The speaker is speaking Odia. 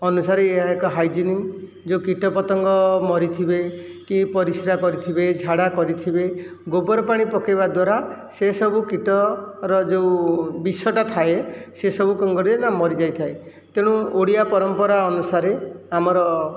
ଅନୁସାରେ ଏହା ଏକ ହାଇଜେନିକ୍ ଯେଉଁ କୀଟପତଙ୍ଗ ମରିଥିବେ କି ପରିସ୍ରା କରିଥିବେ ଝାଡ଼ା କରିଥିବେ ଗୋବରପାଣି ପକାଇବା ଦ୍ଵାରା ସେସବୁ କୀଟର ଯେଉଁ ବିଷଟା ଥାଏ ସେସବୁ କ'ଣ କରେ ନା ମରିଯାଇଥାଏ ତେଣୁ ଓଡ଼ିଆ ପରମ୍ପରା ଅନୁସାରେ ଆମର